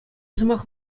сӑмах